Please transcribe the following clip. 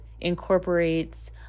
incorporates